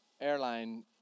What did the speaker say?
airline